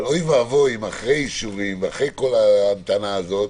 אבל אוי ואבוי אם אחרי כל ההמתנה הזאת,